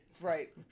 Right